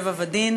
טבע ודין",